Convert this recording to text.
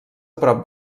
prop